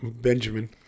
Benjamin